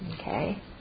Okay